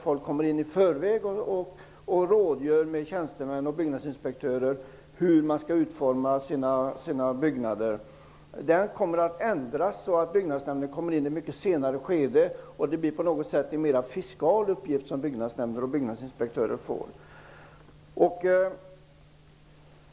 Folk rådgör i förväg med tjänstemän och byggnadsinspektörer om hur man skall utforma byggnader. Den uppgiften kommer att ändras så att byggnadsnämnden kommer in i ett mycket senare skede. Det blir på något sätt en mer fiskal uppgift som byggnadsnämnder och byggnadsinspektörer får.